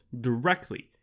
directly